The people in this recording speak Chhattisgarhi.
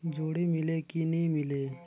जोणी मीले कि नी मिले?